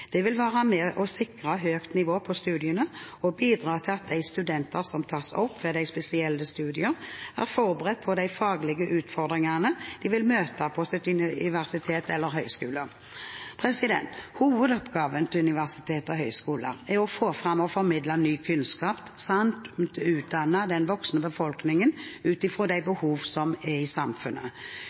Det vil være med og sikre et høyt nivå på studiene og bidra til at de studentene som tas opp ved spesielle studier, er forberedt på de faglige utfordringene de vil møte på sitt universitet eller sin høyskole. Hovedoppgaven til universitet og høyskoler er å få fram og formidle ny kunnskap samt å utdanne den voksne befolkningen ut ifra de behovene som er i samfunnet.